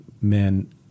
men